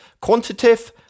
quantitative